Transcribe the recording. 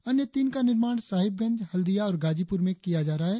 अन्य तीन का निर्माण साहिबगंज हल्दिया और गाजीपुर में किया जा रहा है